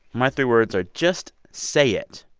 my three words are just say it.